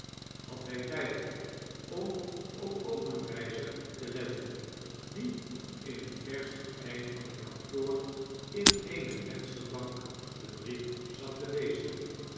had hg tgd om op obenreizer te letten die in het verste eind van het kantoor in eene vensterbank den brief zat te lezen